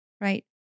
Right